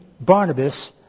Barnabas